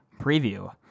preview